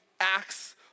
acts